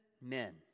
men